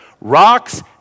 Rocks